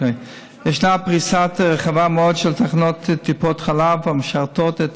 ישנה פריסה רחבה מאוד של תחנות טיפות חלב המשרתות את